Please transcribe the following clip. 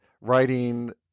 writing